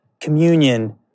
communion